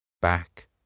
back